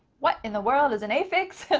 what in the world is an affix?